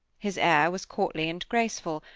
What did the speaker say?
his air was courtly and graceful,